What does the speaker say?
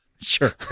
sure